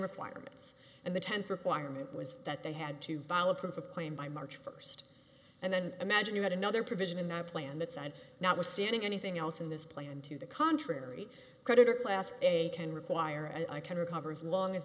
requirements and the tenth requirement was that they had to file a proof of claim by march first and then imagine you had another provision in our plan that said notwithstanding anything else in this plan to the contrary creditor class a can require and i can recover as long as